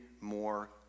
more